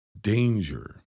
danger